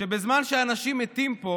שבזמן שאנשים מתים פה